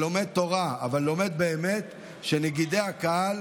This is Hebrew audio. אבל לומד באמת, שנגידי הקהל,